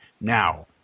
now